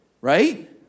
right